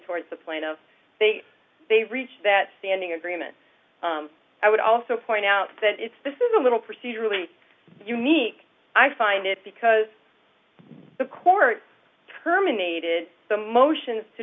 towards the point of they they reach that standing agreement i would also point out that it's this is a little procedurally unique i find it because the court terminated the motion to